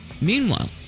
Meanwhile